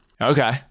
Okay